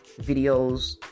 videos